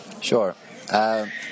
Sure